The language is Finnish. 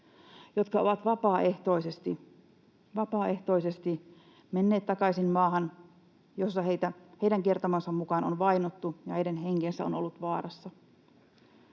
jotka ovat vapaaehtoisesti menneet takaisin maahan, jossa heitä heidän kertomansa mukaan on vainottu ja heidän henkensä on ollut vaarassa?